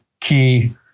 key